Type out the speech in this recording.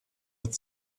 with